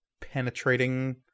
penetrating